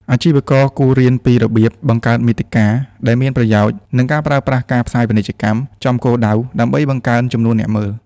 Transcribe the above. អាជីវករគួររៀនពីរបៀបបង្កើតមាតិកា ដែលមានប្រយោជន៍ និងការប្រើប្រាស់ ការផ្សាយពាណិជ្ជកម្មចំគោលដៅ ដើម្បីបង្កើនចំនួនអ្នកមើល។